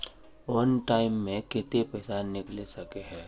वन time मैं केते पैसा निकले सके है?